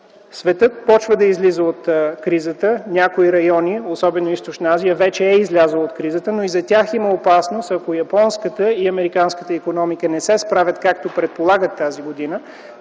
светът започва да излиза от кризата, някои райони, особено Източна Азия, вече са излезли от кризата, но и за тях има опасност, ако японската и американската икономика не се справят тази година,